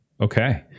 Okay